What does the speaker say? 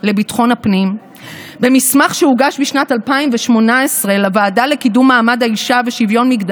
תמונה של אישה יפה המצטרפת